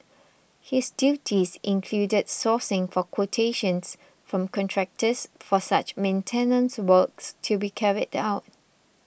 his duties included sourcing for quotations from contractors for such maintenance works to be carried out